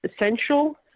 essential